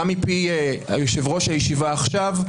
גם מפי יושב-ראש הישיבה עכשיו,